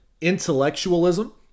intellectualism